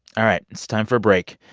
all right, it's time for a break.